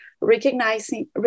recognizing